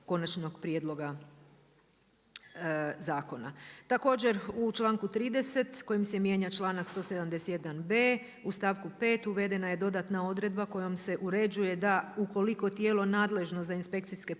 Konačnog prijedloga zakona. Također u članku 30 kojim se mijenja članak 171.b u stavku 5. uvedena je dodatna odredba kojom se uređuje da ukoliko tijelo nadležno za inspekcijske